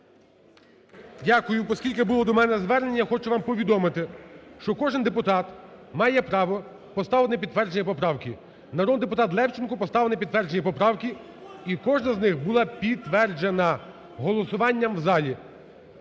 Дякую. Оскільки було до мене звернення, хочу вам повідомити, що кожен депутат має право поставити на підтвердження поправки. Народний депутат Левченко поставив на підтвердження поправки і кожна з них була підтверджена голосуванням в залі.